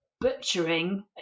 butchering